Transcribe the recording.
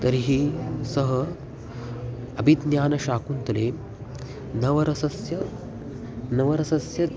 तर्हि सः अभिज्ञानशाकुन्तले नवरसस्य नवरसस्य